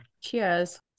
Cheers